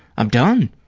i'm done,